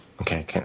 Okay